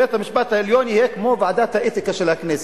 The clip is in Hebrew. בית-המשפט העליון יהיה כמו ועדת האתיקה של הכנסת.